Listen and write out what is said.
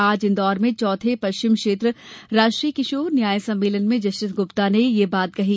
आज इंदौर में चौथे पश्चिम क्षेत्र राष्ट्रीय किशोर न्याय सम्मेलन में जस्टिस गुप्ता ने यह बात कहीं